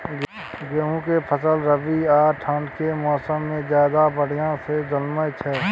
गेहूं के फसल रबी आ ठंड के मौसम में ज्यादा बढ़िया से जन्में छै?